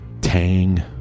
tang